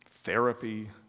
Therapy